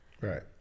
Right